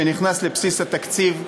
שזה נכנס לבסיס התקציב.